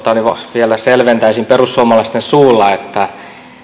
vielä selventäisin perussuomalaisten suulla että